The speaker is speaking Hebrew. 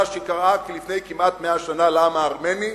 שהיא קרתה לפני כמעט 100 שנה לעם הארמני,